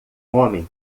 homem